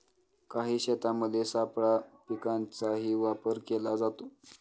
काही शेतांमध्ये सापळा पिकांचाही वापर केला जातो